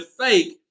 fake